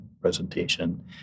presentation